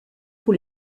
pour